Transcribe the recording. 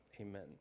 amen